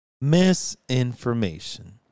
Misinformation